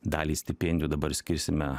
dalį stipendijų dabar skirsime